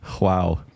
wow